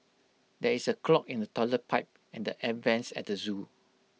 there is A clog in the Toilet Pipe and the air Vents at the Zoo